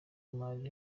w’imari